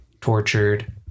tortured